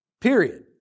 period